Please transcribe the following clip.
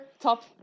top